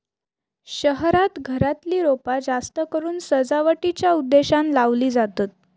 शहरांत घरातली रोपा जास्तकरून सजावटीच्या उद्देशानं लावली जातत